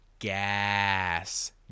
Gas